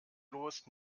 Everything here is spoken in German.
bloß